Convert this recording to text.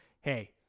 hey